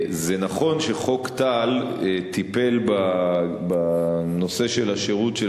זה נכון שחוק טל טיפל בנושא של השירות של